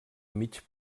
mig